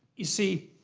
you see,